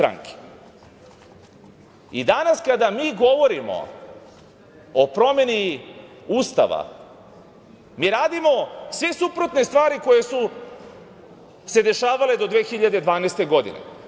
Danas kada mi govorimo o promeni Ustava, mi radimo sve suprotne stvari koje su se dešavale do 2012. godine.